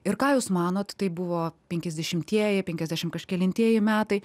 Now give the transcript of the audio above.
ir ką jūs manot tai buvo penkiasdešimtieji penkiasdešim kažkelintieji metai